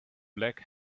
black